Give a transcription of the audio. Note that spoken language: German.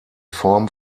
form